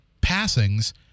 passings